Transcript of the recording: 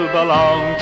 belong